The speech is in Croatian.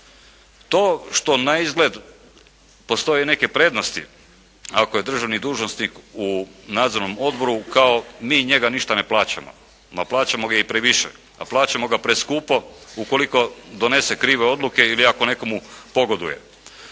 To što naizgled postoje neke prednosti ako je državni dužnosnik u nadzornom odboru kao mi njega ništa ne plaćamo. Ma plaćamo ga i previše, a plaćamo ga preskupo ukoliko donese krive odluke ili ako nekomu pogoduje.